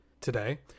Today